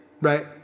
Right